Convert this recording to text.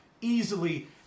easily